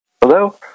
Hello